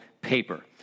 paper